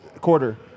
quarter